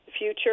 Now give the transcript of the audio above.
future